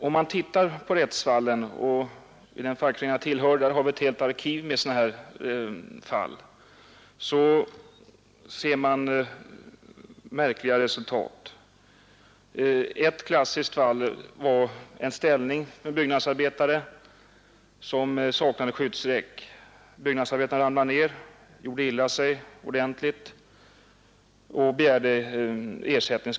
Om man tittar på rättsfallen — i den fackförening jag tillhör har vi ett helt arkiv med sådana — ser man märkliga resultat. Ett klassiskt fall gäller en byggnadsarbetare, som ramlade ner från en ställning som saknade skyddsräck. Han gjorde sig ordentligt illa och begärde skadestånd.